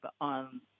on